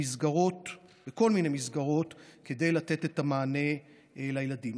בכל מיני מסגרות כדי לתת את המענה לילדים.